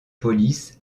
police